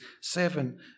seven